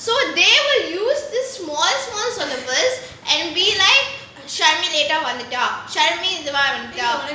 so they will use this small small on the words and be like sharmi late ah வந்துட்டா:vanthutaa sharmi late ah வந்துட்டா:vanthutaa